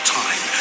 time